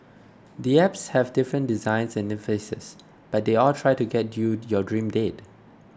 the apps have different designs and interfaces but they all try to get you your dream date